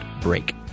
break